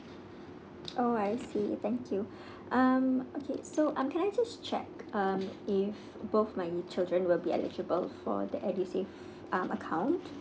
oh I see thank you um okay so um can I just check um if both my children will be eligible for the edusave um account